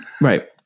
Right